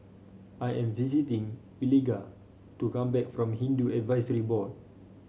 I am waiting Eliga to come back from Hindu Advisory Board